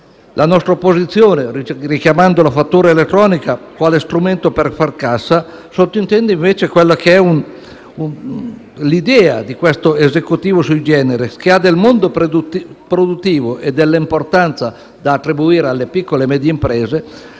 la vostra posizione, richiamando la fatturazione elettronica quale strumento per far cassa, sottintende l'idea che questo Esecutivo *sui generis* ha del mondo produttivo e l'importanza che attribuisce alle piccole e medie imprese